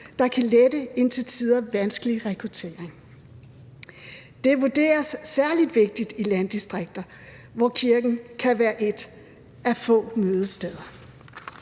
der kan lette en til tider vanskelig rekruttering. Det vurderes særlig vigtigt i landdistrikter, hvor kirken kan være et af få mødesteder.